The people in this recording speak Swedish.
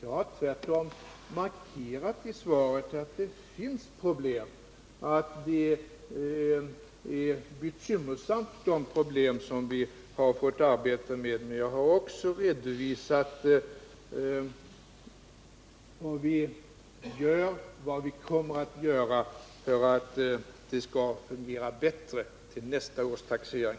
Jag har tvärtom i svaret markerat att det finns problem och att de problem som vi måst arbeta med är bekymmersamma. Jag har också redovisat vad vi gör och kommer att göra för att det skall bli bättre till nästa års taxering.